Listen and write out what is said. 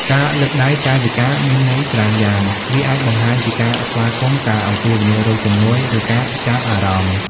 ការលើកដៃ កាយវិការមានន័យច្រើនយ៉ាង វាអាចបង្ហាញពីការស្វាគមន៍ ការអំពាវនាវរកជំនួយ ឬការចាប់អារម្មណ៍។